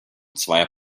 zweier